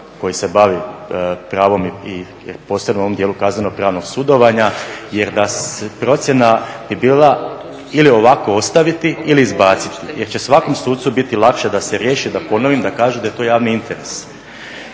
koji se bavi pravom posebno u ovom dijelu kaznenopravnog sudovanja jer procjena bi bila ili ovako ostaviti ili izbaciti jer će svakom sucu biti lakše da ponovim da kažem da je to javni interes.